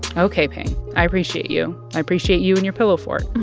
ok, pien. i appreciate you. i appreciate you and your pillow fort